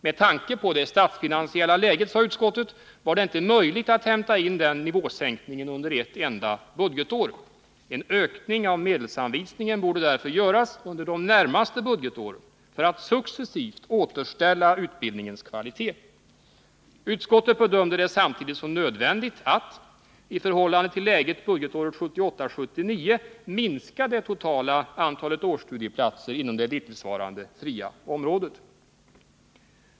Med tanke på det statsfinansiella läget, sade utskottet, var det inte möjligt att hämta in den nivåsänkningen under ett enda budgetår. En ökning av medelsanvisningen borde därför göras under de närmaste budgetåren för att successivt återställa utbildningens kvalitet. Utskottet bedömde det samtidigt som nödvändigt att — i förhållande till läget budgetåret 1978/79 — minska det totala antalet årsstudieplatser inom det dittillsvarande fria området.